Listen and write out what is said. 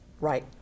right